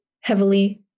heavily